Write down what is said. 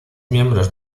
miembros